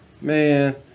man